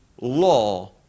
law